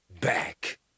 back